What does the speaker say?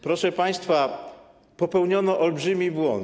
Proszę państwa, popełniono olbrzymi błąd.